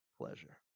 pleasure